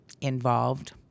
involved